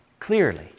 Clearly